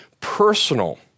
personal